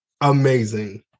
amazing